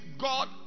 God